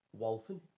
Wolfen